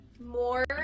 more